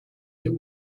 that